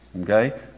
okay